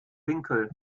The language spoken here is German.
winkel